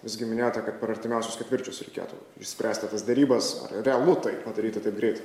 visgi minėta kad per artimiausius ketvirčius reikėtų išspręsti tas derybas ar realu tai padaryti taip greit